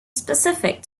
specific